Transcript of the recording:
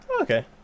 Okay